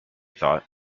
thought